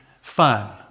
fun